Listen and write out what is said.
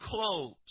clothes